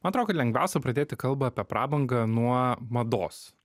man atrodo kad lengviausia pradėti kalbą apie prabangą nuo mados